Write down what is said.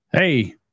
hey